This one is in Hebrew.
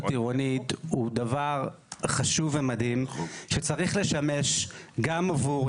עירונית הוא דבר חשוב ומדהים שצריך לשמש גם עבור,